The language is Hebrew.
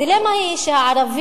הדילמה היא שהערבים,